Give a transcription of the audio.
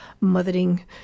mothering